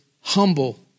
humble